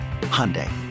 Hyundai